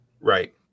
right